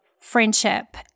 friendship